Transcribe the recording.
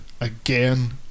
again